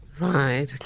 Right